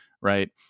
right